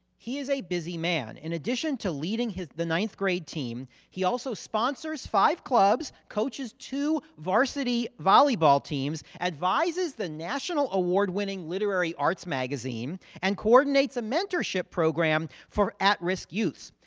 he is a busy man in addition to leading the ninth grade team he also sponsors five clubs, coaches two varsity volleyball teams. advises the national award winning literary arts magazine and coordinates a mentorship program for at risk youths.